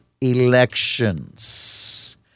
elections